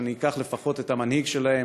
אם אני אקח לפחות את המנהיג שלהם,